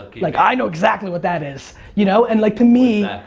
like, i know exactly what that is, you know? and like to me.